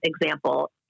example